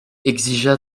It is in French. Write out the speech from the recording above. exigea